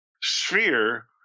sphere